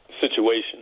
situation